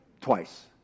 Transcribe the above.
twice